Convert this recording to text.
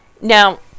Now